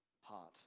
heart